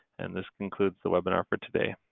and this concludes the webinar for today.